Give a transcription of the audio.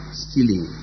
stealing